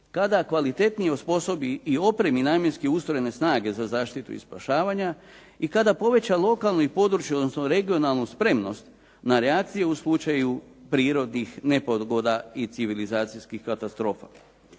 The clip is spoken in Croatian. kada kvalitetnije osposobi i opremi namjenski ustrojene snage za zaštitu i spašavanje i kada poveća lokalnu i područnu odnosno regionalnu spremnost na reakcije u slučaju prirodnih nepogoda i civilizacijskih katastrofa.